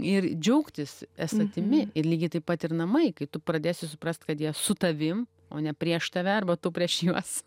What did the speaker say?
ir džiaugtis esatimi ir lygiai taip pat ir namai kai tu pradėsi suprast kad jie su tavim o ne prieš tave arba tu prieš juos